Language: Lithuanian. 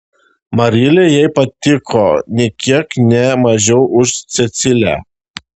marilė jai patiko nė kiek ne mažiau už cecilę